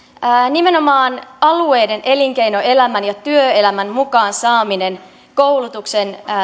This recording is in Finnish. nimenomaan alueiden elinkeinoelämän ja työelämän mukaan saaminen koulutuksen